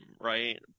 right